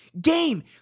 game